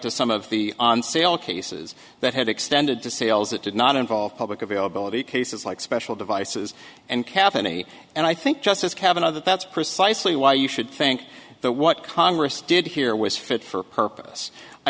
to some of the on sale cases that had extended to sales that did not involve public availability cases like special devices and cavaney and i think justice kavanagh that that's precisely why you should think that what congress did here was fit for purpose i